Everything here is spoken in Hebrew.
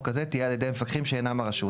הזה תהיה על ידי המפקחים שאינם הרשות,